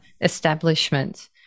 establishment